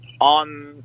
on